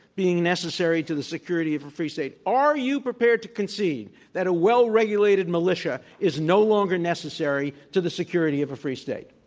being necessary to the security of a free state are you prepared to concede that a well-regulated militia is no longer necessary to the security of a free state?